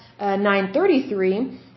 933